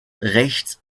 rechts